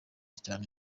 cyane